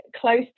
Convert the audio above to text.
close